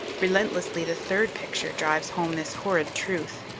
relentlessly the third picture drives home this horrid truth.